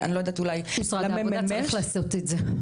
משרד העבודה צריך לעשות את זה.